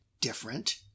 different